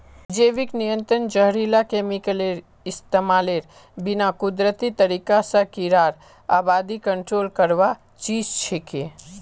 जैविक नियंत्रण जहरीला केमिकलेर इस्तमालेर बिना कुदरती तरीका स कीड़ार आबादी कंट्रोल करवार चीज छिके